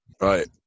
Right